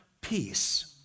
peace